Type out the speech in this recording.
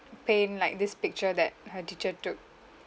paint like this picture that her teacher took